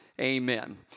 Amen